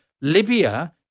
Libya